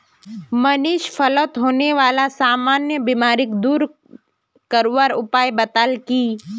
मनीष फलत होने बाला सामान्य बीमारिक दूर करवार उपाय बताल की